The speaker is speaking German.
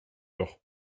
doch